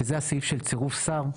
שזה הסעיף של צירוף שר.